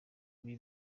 ibi